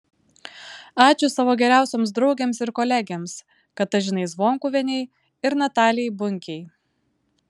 ačiū savo geriausioms draugėms ir kolegėms katažinai zvonkuvienei ir natalijai bunkei